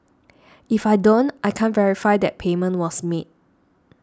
if I don't I can't verify that payment was made